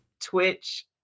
Twitch